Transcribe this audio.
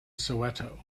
soweto